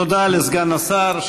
תודה לסגן השר.